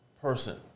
person